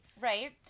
Right